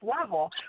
level